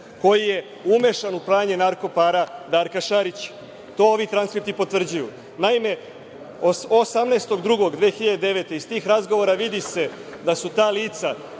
koji je umešan u pranje narko para Darka Šarića. To ovi transkripti potvrđuju. Naime, 18.2.2009. godine iz tih razgovora vidi se da su ta lica